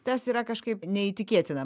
tas yra kažkaip neįtikėtina